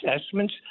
assessments